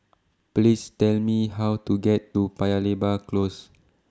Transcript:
Please Tell Me How to get to Paya Lebar Close